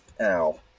Ow